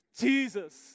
Jesus